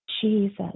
Jesus